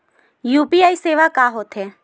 UPI सेवा का होथे?